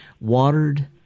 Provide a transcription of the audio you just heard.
watered